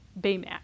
Baymax